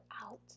out